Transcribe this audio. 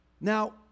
Now